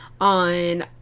on